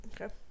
Okay